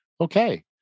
okay